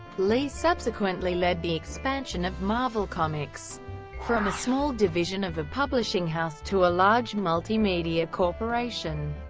lee subsequently led the expansion of marvel comics from a small division of a publishing house to a large multimedia corporation.